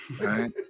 right